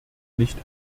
nicht